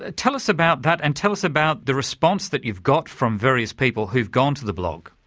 ah tell us about that, and tell us about the response that you've got from various people who've gone to the blog.